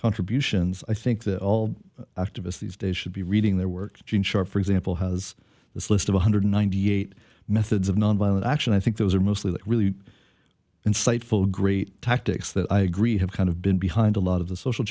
contributions i think that all activists these days should be reading their work gene sharp for example has this list of one hundred ninety eight methods of nonviolent action i think those are mostly that really insightful great tactics that i agree have kind of been behind a lot of the social